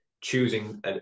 choosing